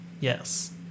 Yes